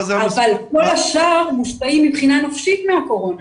אבל כל השאר מושפעים מבחינה נפשית מהקורונה.